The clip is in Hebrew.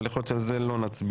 אבל יכול להיות שעל זה לא נצביע.